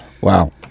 Wow